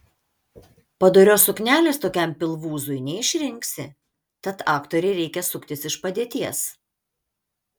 padorios suknelės tokiam pilvūzui neišrinksi tad aktorei reikia suktis iš padėties